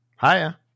Hiya